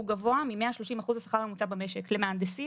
השכר שהגדרנו הוא גבוה מ-130 אחוז השכר הממוצע במשק למהנדסים.